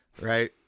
Right